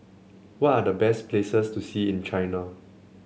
what are the best places to see in China